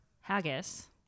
haggis